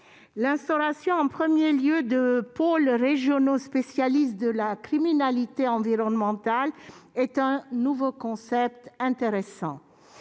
L'instauration, en premier lieu, de pôles régionaux spécialisés dans la lutte contre la criminalité environnementale est un nouveau concept intéressant.